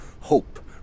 Hope